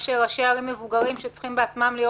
יש ראשי ערים מבוגרים שצריכים בעצמם להיות